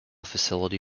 facility